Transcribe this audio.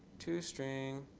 to string.